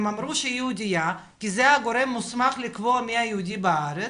הם אמרו שהם יהודייה כי זה הגורם מוסמך מי היהודי בארץ,